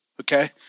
okay